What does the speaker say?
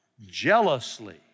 jealously